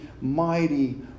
mighty